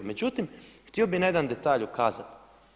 Međutim htio bi na jedan detalj ukazati.